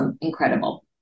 incredible